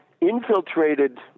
infiltrated